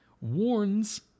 warns